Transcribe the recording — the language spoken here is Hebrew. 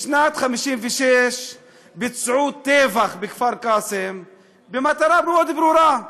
בשנת 1956 ביצעו טבח בכפר-קאסם במטרה מאוד ברורה: